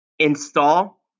Install